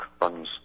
runs